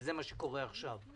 וזה מה שקורה עכשיו,